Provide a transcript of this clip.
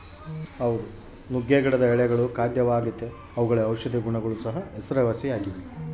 ನುಗ್ಗೆ ಗಿಡದ ಎಳೆಗಳು ಖಾದ್ಯವಾಗೆತೇ ಅವುಗಳು ಔಷದಿಯ ಗುಣಗಳಿಗೂ ಹೆಸರಾಗಿವೆ